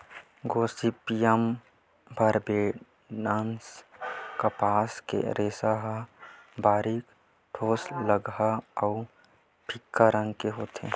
Gossypium barbadense कपास के रेसा ह बारीक, ठोसलगहा अउ फीक्का रंग के होथे